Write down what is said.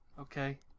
Okay